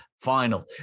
final